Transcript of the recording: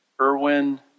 Irwin